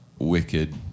wicked